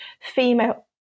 female